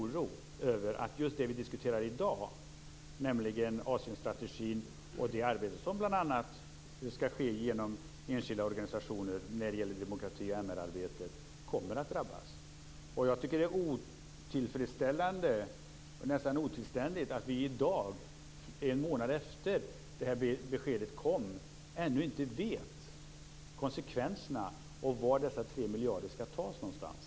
Jag är orolig över att just det vi diskuterar i dag, nämligen Asienstrategin och demokrati och MR-arbetet, som bl.a. skall ske genom enskilda organisationer, kommer att drabbas. Jag tycker att det är otillfredsställande - nästan otillständigt - att vi i dag, en månad efter det att beskedet kom, ännu inte känner till konsekvenserna av det och varifrån dessa 3 miljarder skall tas.